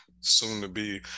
Soon-to-be